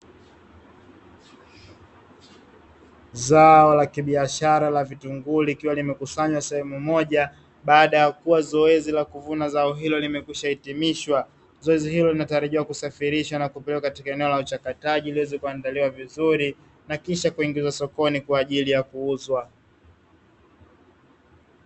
Zao la kibiashara la vitunguu likiwa limekusanywa sehemu moja, baada ya kuwa zoezi la kuvuna zao hilo limekwishhitimishwa. Zao hilo linatarajiwa kusafirishwa na kupelekwa katika eneo la uchakataji ili liweze kuandaliwa vizuri na kisha kuingizwa sokoni kwa ajili ya kuuzwa.